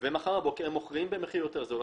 ומחר בבוקר הם מוכרים במחיר זול יותר.